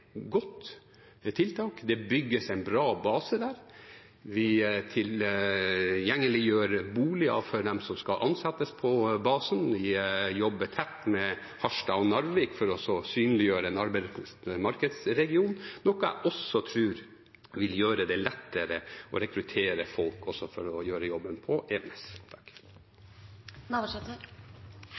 godt tiltak. Det bygges en rad baser der, vi gjør tilgjengelig boliger for dem som skal ansettes på basen. Vi jobber tett med Harstad og Narvik for å synliggjøre en arbeidsmarkedsregion, noe jeg tror vil gjøre det lettere å rekruttere folk også for å gjøre jobben på Evenes.